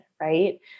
right